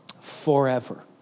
forever